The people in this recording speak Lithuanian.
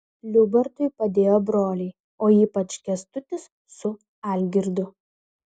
liubartui padėjo broliai o ypač kęstutis su algirdu